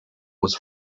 was